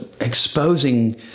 Exposing